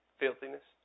filthiness